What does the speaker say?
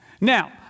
Now